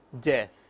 death